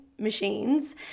machines